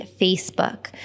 Facebook